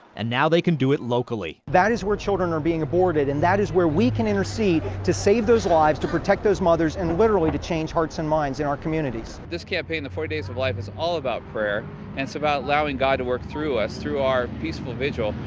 and now they can do it locally. that is where children are being aborted, and that is where we can intercede to save those lives, to protect those mothers and literally to change hearts and minds in our communities. this campaign, the forty days for life, is all about prayer. and it's about allowing god to work through us, through our peaceful vigil,